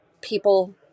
people